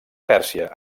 pèrsia